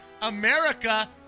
America